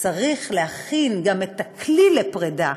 צריך להכין את הכלי לפרידה.